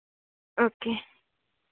okay